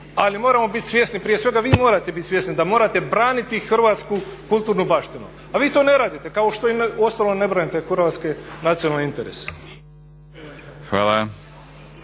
Ali moramo biti svjesni prije svega vi morate biti svjesni da morate braniti hrvatsku kulturnu baštinu, a vi to ne radite kao što uostalom ne branite hrvatske nacionalne interese.